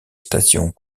stations